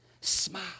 smile